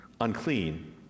unclean